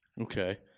Okay